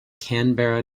canberra